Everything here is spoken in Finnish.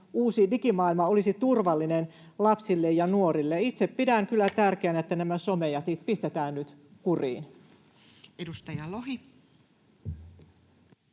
uusi digimaailma olisi turvallinen lapsille ja nuorille. Itse pidän kyllä tärkeänä, että nämä somejätit pistetään nyt kuriin. [Speech